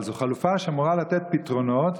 אבל זו חלופה שאמורה לתת פתרונות.